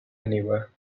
anywhere